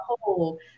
whole